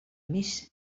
més